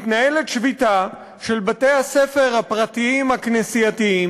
מתנהלת שביתה של בתי-הספר הפרטיים הכנסייתיים,